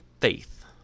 faith